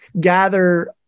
gather